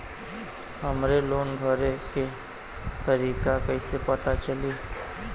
हमरे लोन भरे के तारीख कईसे पता चली?